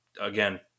again